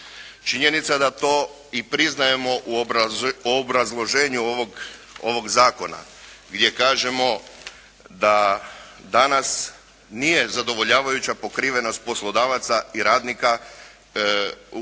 činjenica da to i priznajemo u obrazloženju ovog zakona gdje kažemo da danas nije zadovoljavajuća pokrivenost poslodavaca i radnika u granama